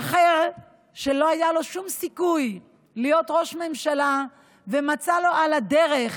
ואחר שלא היה לו שום סיכוי להיות ראש ממשלה ומצא לו על הדרך